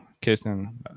kissing